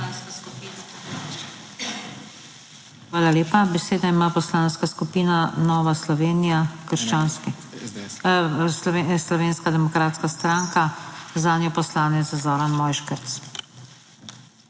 Hvala lepa. Besedo ima Poslanska skupina Nova Slovenija, Slovenska demokratska stranka, zanjo poslanec Zoran Mojškerc.